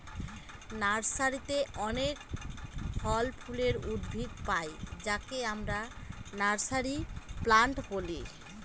নার্সারিতে অনেক ফল ফুলের উদ্ভিদ পাই যাকে আমরা নার্সারি প্লান্ট বলি